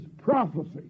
prophecy